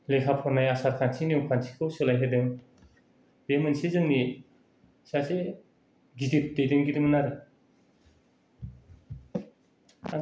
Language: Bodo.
लेखा फरायनाय आसार खान्थि नियम खान्थिखौ सोलायहोदों बे मोनसे जोंनि सासे गिदिर दैदेनगिरिमोन आरो